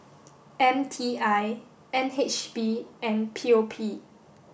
M T I N H B and P O P